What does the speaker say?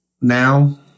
now